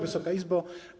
Wysoka Izbo!